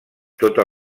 totes